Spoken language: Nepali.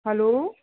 हेलो